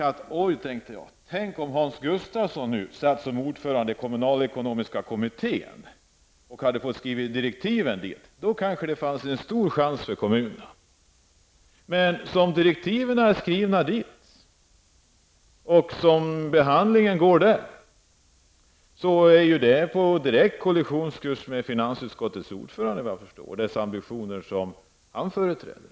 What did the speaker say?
Jag tänkte tidigare: Oj, tänk om Hans Gustafsson satt som ordförande i den kommunalekonomiska kommittén och hade fått skriva direktiven! Då hade det kanske funnits en stor chans för kommunerna. Men som direktiven är skrivna och som behandlingen går, är det på direkt kollisionskurs med finansutskottets ordförande och de ambitioner som han företräder.